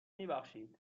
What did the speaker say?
میبخشید